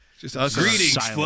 Greetings